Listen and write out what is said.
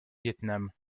vietnam